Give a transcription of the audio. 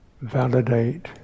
validate